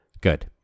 Good